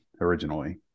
originally